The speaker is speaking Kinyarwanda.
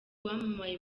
wamamaye